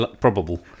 probable